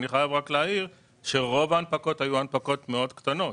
אני חייב להעיר שרוב ההנפקות היו הנפקות מאוד קטנות.